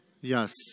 Yes